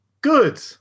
Good